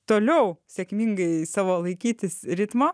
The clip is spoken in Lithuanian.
toliau sėkmingai savo laikytis ritmo